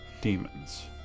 demons